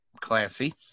Classy